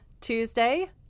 Tuesday